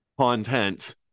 content